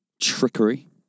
trickery